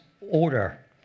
order